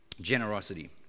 generosity